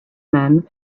men